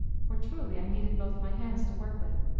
for, truly, i nedeed both my hands to work with.